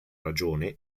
ragione